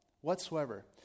Whatsoever